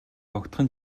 огтхон